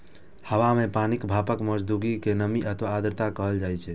हवा मे पानिक भापक मौजूदगी कें नमी अथवा आर्द्रता कहल जाइ छै